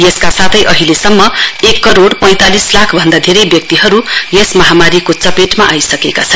यसका साथै अहिलेसम्म एक करोड़ पैंतालिस लाख भन्दा धेरै व्यक्तिहरू यस महामारीको चपेटमा आइसकेको छ